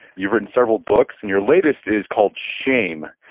you've written several books, and your latest is called shame,